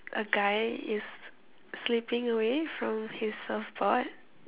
a guy is slipping away from his surfboard